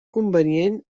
convenient